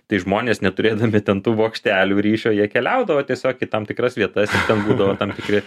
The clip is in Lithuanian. tai žmonės neturėdami ten tų bokštelių ryšio jie keliaudavo tiesiog į tam tikras vietas ir ten būdavo tam tikri